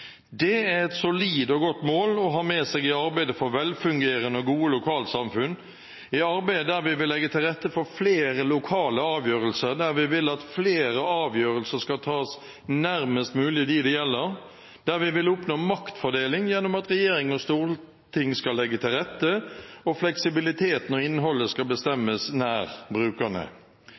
Det er et solid og godt mål å ha med seg i arbeidet for velfungerende og gode lokalsamfunn, i arbeidet der vi vil legge til rette for flere lokale avgjørelser, der vi vil at flere avgjørelser skal tas nærmest mulig dem det gjelder, der vi vil oppnå maktfordeling gjennom at regjering og storting skal legge til rette, og fleksibiliteten og innholdet skal bestemmes nær brukerne.